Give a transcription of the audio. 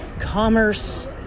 commerce